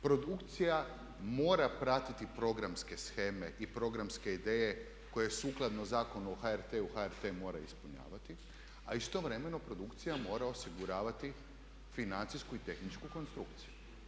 Produkcija mora pratiti programske sheme i programske ideje koje sukladno Zakon o HRT-u HRT mora ispunjavati a istovremeno produkcija mora osiguravati financijsku i tehničku konstrukciju.